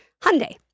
Hyundai